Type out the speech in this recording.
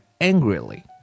angrily